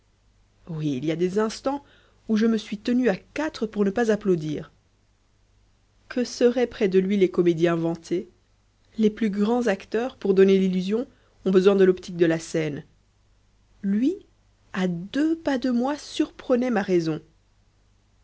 oui il y a eu des instants où je me suis tenu à quatre pour ne pas applaudir que seraient près de lui les comédiens vantés les plus grands acteurs pour donner l'illusion ont besoin de l'optique de la scène lui à deux pas de moi surprenait ma raison